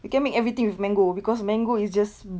you can make everything with mango because mango is just